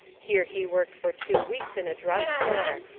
here he worked for two weeks in a drug store.